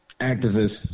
activists